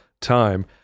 time